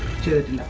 good